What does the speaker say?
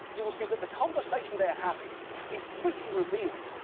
you will see that the conversation they're having is pretty revealing.